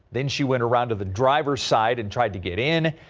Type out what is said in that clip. then she went around to the driver's side and tried to get in.